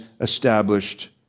established